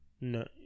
No